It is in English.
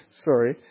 Sorry